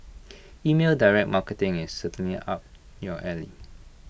email direct marketing is certainly up your alley